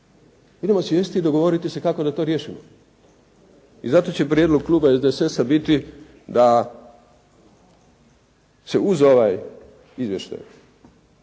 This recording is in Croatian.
Idemo sjesti i dogovoriti se kako da to riješimo. I zato će prijedlog kluba SDSS-a biti da se uz ovaj izvještaj